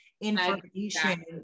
Information